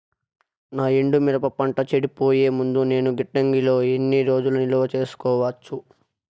నా ఎండు మిరప పంట చెడిపోయే ముందు నేను గిడ్డంగి లో ఎన్ని రోజులు నిలువ సేసుకోవచ్చు?